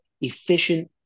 efficient